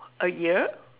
a year